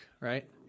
Right